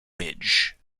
ridge